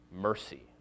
mercy